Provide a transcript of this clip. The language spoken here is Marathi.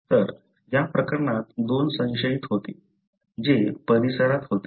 तर या प्रकरणात दोन संशयित होते जे परिसरात होते